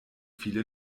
viele